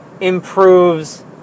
improves